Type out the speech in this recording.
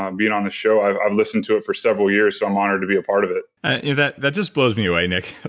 um being on this show. i've i've listened to it for several years so i'm honored to be a part of it and that that just blows me away nick.